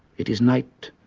it is night,